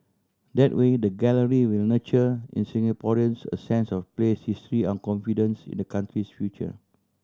that way the gallery will nurture in Singaporeans a sense of place history and confidence in the country's future